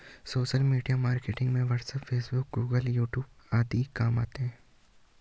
social media marketing में WhatsApp Facebook Google YouTube आदि आते है